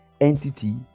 entity